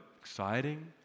exciting